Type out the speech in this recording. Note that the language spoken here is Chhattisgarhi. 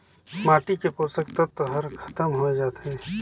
माटी के पोसक तत्व हर खतम होए जाथे